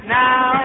now